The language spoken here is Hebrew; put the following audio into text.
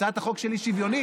הצעת החוק שלי שוויונית,